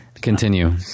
continue